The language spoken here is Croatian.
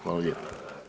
Hvala lijepo.